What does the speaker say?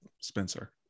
spencer